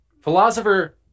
Philosopher